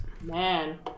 Man